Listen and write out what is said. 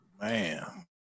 man